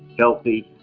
healthy,